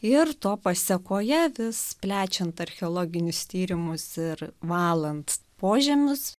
ir to pasekoje vis plečiant archeologinius tyrimus ir valant požemius